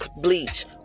bleach